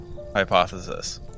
hypothesis